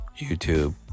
youtube